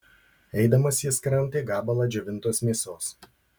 eidamas jis kramtė gabalą džiovintos mėsos